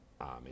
Amen